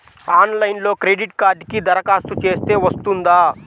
ఆన్లైన్లో క్రెడిట్ కార్డ్కి దరఖాస్తు చేస్తే వస్తుందా?